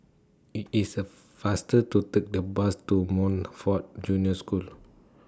IT IS A faster to Take The Bus to Montfort Junior School